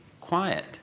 quiet